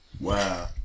Wow